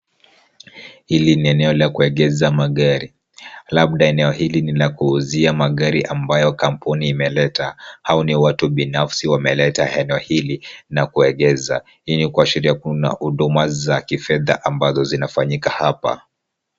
Hili ni eneo la kuegeza magari labda eneo hili ni la kuuzia magari ambayo kampuni imeleta au ni watu binafsi wameleta eneo hili na kuegeza. Hii ni kuashiria kuna huduma za kifedha ambazo zinafanyika hapa.